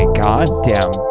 goddamn